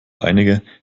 einige